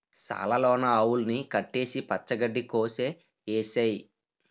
సాల లోన ఆవుల్ని కట్టేసి పచ్చ గడ్డి కోసె ఏసేయ్